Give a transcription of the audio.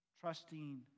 trusting